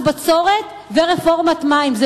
מס בצורת ורפורמת מים.